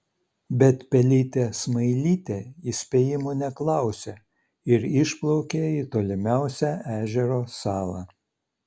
bet pelytė smailytė įspėjimų neklausė ir išplaukė į tolimiausią ežero salą